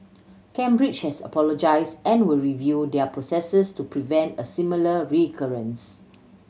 cambridge has apologised and will review their processes to prevent a similar recurrence